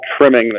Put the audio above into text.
trimming